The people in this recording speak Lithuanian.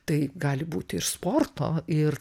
tai gali būti ir sporto ir